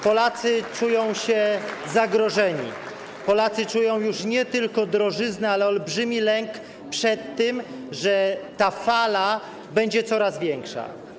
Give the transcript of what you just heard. Polacy czują się zagrożeni, Polacy czują już nie tylko drożyznę, ale także olbrzymi lęk przed tym, że ta fala będzie coraz większa.